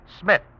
Smith